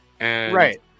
Right